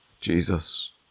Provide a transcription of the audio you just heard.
Jesus